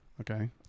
Okay